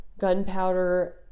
gunpowder